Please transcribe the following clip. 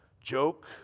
joke